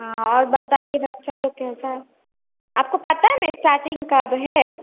हाँ और बताइए बच्चे लोग कैसे हैं आपको पता है ना इस्टार्टिंग कब है